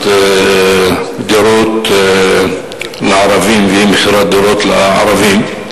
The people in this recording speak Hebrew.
דירות לערבים ואי-מכירת דירות לערבים.